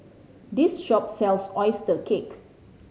this shop sells oyster cake